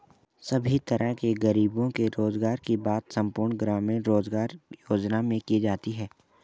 सभी तरह के गरीबों के रोजगार की बात संपूर्ण ग्रामीण रोजगार योजना में की जाती है